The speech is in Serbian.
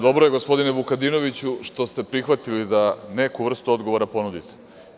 Dobro je, gospodine Vukadinoviću, što ste prihvatili da neku vrstu odgovora ponudite.